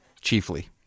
Chiefly